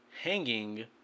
hanging